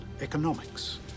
economics